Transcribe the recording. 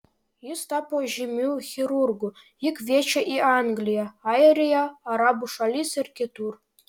jis tapo žymiu chirurgu jį kviečia į angliją airiją arabų šalis ir kitur